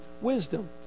wisdom